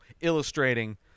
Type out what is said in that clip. illustrating